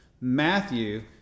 Matthew